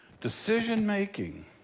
Decision-making